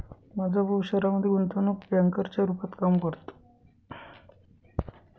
माझा भाऊ शहरामध्ये गुंतवणूक बँकर च्या रूपात काम करतो